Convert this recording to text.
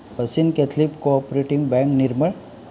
Bassein Catholic cooperating bank Nirmal